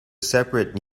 separate